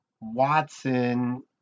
Watson